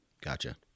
Gotcha